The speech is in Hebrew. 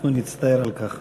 אנחנו נצטער על כך.